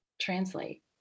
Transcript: translate